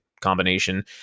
combination